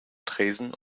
tresen